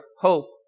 hope